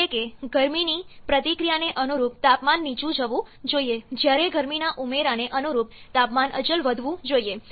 એટલે કે ગરમીની પ્રતિક્રિયાને અનુરૂપ તાપમાન નીચું જવું જોઈએ જ્યારે ગરમીના ઉમેરાને અનુરૂપ તાપમાન અચલ વધવું જોઈએ